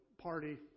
party